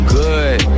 good